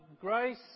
Grace